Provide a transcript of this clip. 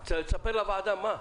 תספר לוועדה מה.